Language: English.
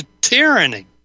tyranny